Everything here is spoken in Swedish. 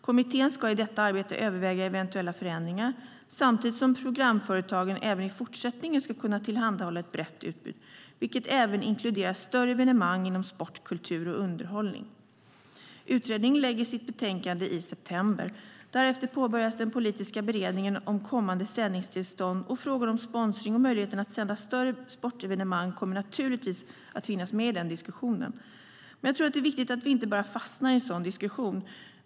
Kommittén ska i detta arbete överväga eventuella förändringar samtidigt som programföretagen även i fortsättningen ska kunna tillhandahålla ett brett utbud, vilket även inkluderar större evenemang inom sport, kultur och underhållning. Utredningen lägger fram sitt betänkande i september. Därefter påbörjas den politiska beredningen om kommande sändningstillstånd, och frågan om sponsring och möjligheten att sända större sportevenemang kommer naturligtvis att finnas med i den diskussionen. Men jag att tror det är viktigt att vi inte bara fastnar i en sådan diskussion.